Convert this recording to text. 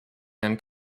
herrn